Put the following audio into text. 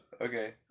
Okay